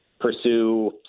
pursue